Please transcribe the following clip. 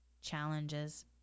challenges